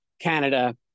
Canada